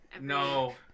no